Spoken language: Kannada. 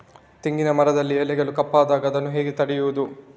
ತೆಂಗಿನ ಮರದಲ್ಲಿ ಎಲೆಗಳು ಕಪ್ಪಾದಾಗ ಇದನ್ನು ಹೇಗೆ ತಡೆಯುವುದು?